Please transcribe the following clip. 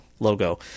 logo